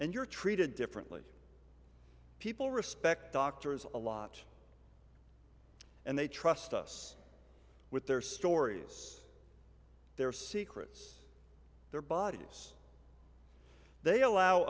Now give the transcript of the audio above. and you're treated differently people respect doctors a lot and they trust us with their stories their secrets their bodies they allow